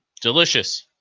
delicious